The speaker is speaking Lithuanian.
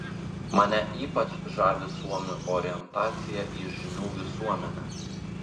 mane ypač žavi suomių orientacija į žinių visuomenę